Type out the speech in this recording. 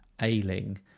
Ailing